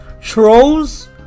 trolls